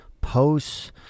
posts